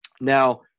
Now